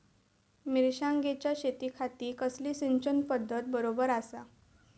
मिर्षागेंच्या शेतीखाती कसली सिंचन पध्दत बरोबर आसा?